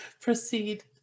Proceed